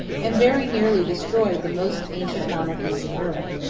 and very nearly destroyed the most ancient monarchies in europe.